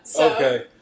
Okay